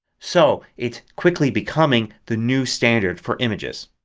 so it's quickly becoming the new standard for images.